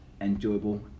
enjoyable